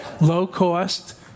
low-cost